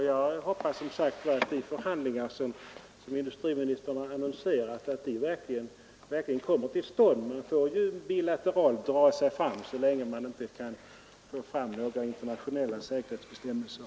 Jag hoppas som sagt att de förhandlingar som industriministern annonserat verkligen kommer till stånd. Man får ju bilateralt dra sig fram så länge man inte kan få fram några internationella säkerhetsbestämmelser.